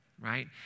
right